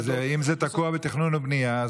אם זה תקוע בתכנון ובנייה,